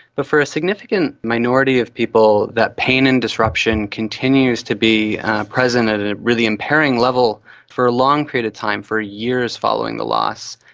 but for a significant minority of people that pain and disruption continues to be present at a really impairing level for a long period of time, for years following the loss.